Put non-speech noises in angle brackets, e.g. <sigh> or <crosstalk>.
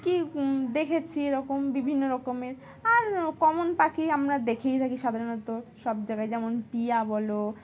কী <unintelligible> দেখেছি এরকম বিভিন্ন রকমের আর কমন পাখি আমরা দেখেই থাকি সাধারণত সব জায়গায় যেমন টিয়া বলো